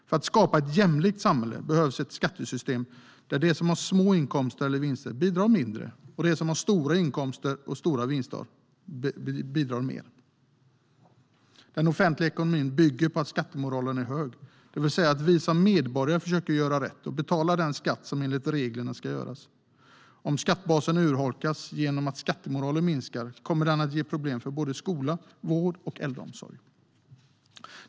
För att skapa ett jämlikt samhälle behövs ett skattesystem där de som har små inkomster och små vinster bidrar mindre och de som har stora inkomster och stora vinster bidrar mer. Den offentliga ekonomin bygger på att skattemoralen är hög, det vill säga att vi som medborgare försöker göra rätt och betalar den skatt som vi enligt reglerna ska. Om skattebasen urholkas genom att skattemoralen sjunker kommer det att medföra problem för såväl skola som vård och äldreomsorg.